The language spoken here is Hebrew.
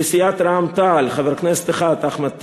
לסיעת רע"ם-תע"ל, חבר כנסת אחד: אחמד טיבי.